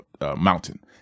mountain